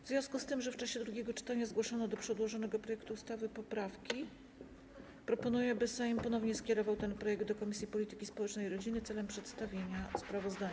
W związku z tym, że w czasie drugiego czytania zgłoszono do przedłożonego projektu ustawy poprawki, proponuję, by Sejm ponownie skierował ten projekt do Komisji Polityki Społecznej i Rodziny celem przedstawienia sprawozdania.